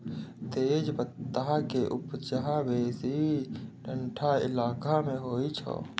तेजपत्ता के उपजा बेसी ठंढा इलाका मे होइ छै